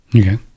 Okay